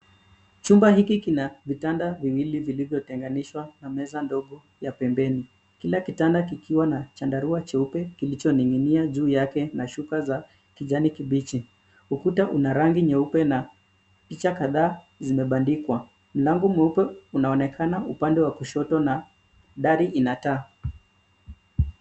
Chumba hiki kina vitanda viwili vilivyotenganishwa na meza ndogo ya pembeni, kila kitanda kikiwa na chandarua cheupe kilichoning'inia juu yake na shuka za kijani kibichi. Ukuta una rangi nyeupe na picha kadhaa zimebandikwa. Mlango mweupe unaonekana upande wa kushoto na dari ina taa.